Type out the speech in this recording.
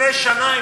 לפני שנה,